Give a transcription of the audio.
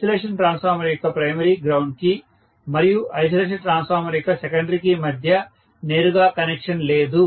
isolation transformer యొక్క primary ground కి మరియు ఐసోలేషన్ ట్రాన్స్ఫార్మర్ యొక్క సెకండరీ కి మధ్య నేరుగా కనెక్షన్ లేదు